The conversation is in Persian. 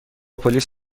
پلیس